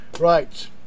right